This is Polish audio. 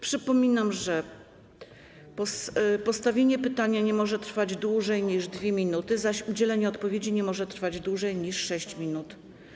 Przypominam, że postawienie pytania nie może trwać dłużej niż 2 minuty, zaś udzielenie odpowiedzi nie może trwać dłużej niż 6 minut.